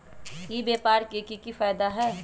ई व्यापार के की की फायदा है?